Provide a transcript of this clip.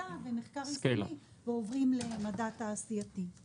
במדע ובמחקר בסיסי וממשיך משם למדע תעשייתי.